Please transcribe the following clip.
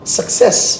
success